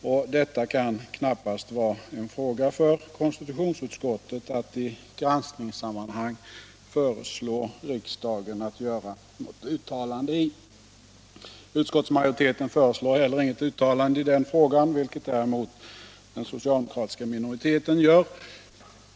Och detta kan knappast vara en fråga som konstitutionsutskottet i granskningssammanhang bör föreslå riksdagen att göra något uttalande i. Utskottsmajoriteten föreslår heller inte något uttalande i denna fråga, vilket däremot den socialdemokratiska minoriteten gör.